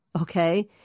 Okay